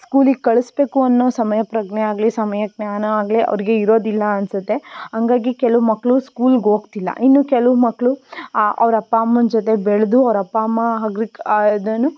ಸ್ಕೂಲಿಗೆ ಕಳಿಸ್ಬೇಕು ಅನ್ನೋ ಸಮಯಪ್ರಜ್ಞೆ ಆಗಲೀ ಸಮಯಜ್ಞಾನ ಆಗಲೀ ಅವರಿಗೆ ಇರೋದಿಲ್ಲ ಅನ್ಸುತ್ತೆ ಹಂಗಾಗಿ ಕೆಲವು ಮಕ್ಕಳು ಸ್ಕೂಲ್ಗೆ ಹೋಗ್ತಿಲ್ಲ ಇನ್ನೂ ಕೆಲವು ಮಕ್ಕಳು ಅವರ ಅಪ್ಪ ಅಮ್ಮನ ಜೊತೆ ಬೆಳೆದು ಅವರ ಅಪ್ಪ ಅಮ್ಮ ಹೋಗ್ಲಿಕ್ಕೆ ಆದ್ರೂ